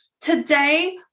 today